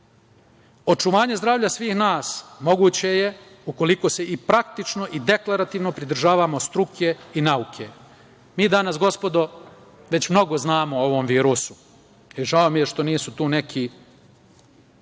gori. Očuvanje zdravlja svih nas moguće je ukoliko se i praktično i deklarativno pridržavamo struke i nauke. Mi danas, gospodo, već mnogo znamo o ovom virusu. Žao mi je što nisu tu neki,